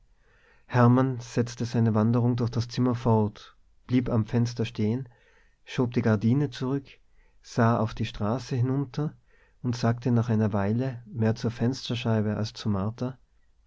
hermann setzte seine wanderung durch das zimmer fort blieb am fenster stehen schob die gardine zurück sah auf die straße hinunter und sagte nach einer weile mehr zur fensterscheibe als zu martha